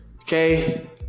Okay